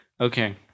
Okay